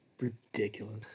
Ridiculous